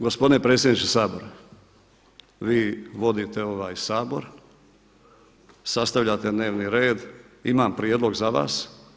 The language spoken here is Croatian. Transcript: Gospodine predsjedniče Sabora, vi vodite ovaj Sabor, sastavljate dnevni red, imam prijedlog za vas.